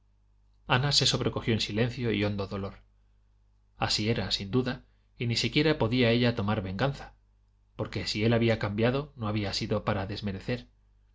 ana se sobrecogió en silencioso y hondo dolor así era sin duda y ni siquiera podía ella tomar venganza porque si él había cambiado no había sido para desmerecer